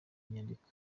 inyandiko